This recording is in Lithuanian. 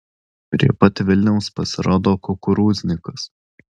prie pat vilniaus pasirodo kukurūznikas